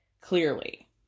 clearly